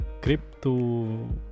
crypto